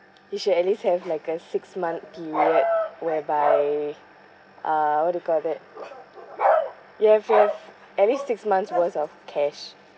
you should at least have like a six month period whereby uh what do you call that you have to have at least six months worth of cash